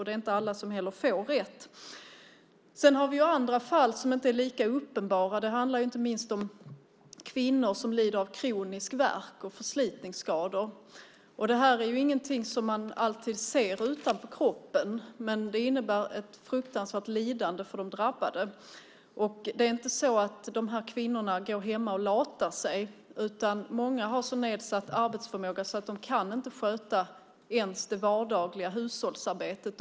Det är inte heller alla som får rätt. Vi har andra fall som inte är lika uppenbara. Det handlar inte minst om kvinnor som lider av kronisk värk och förslitningsskador. Det här är ingenting som man alltid ser utanpå kroppen, men det innebär ett fruktansvärt lidande för de drabbade. Det är inte så att de här kvinnorna går hemma och latar sig, utan många har så nedsatt arbetsförmåga att de inte kan sköta ens det vardagliga hushållsarbetet.